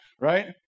right